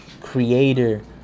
creator